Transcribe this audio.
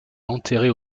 enterrée